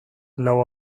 lau